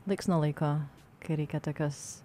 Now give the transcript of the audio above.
laiks nuo laiko kai reikia tokios